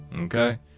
okay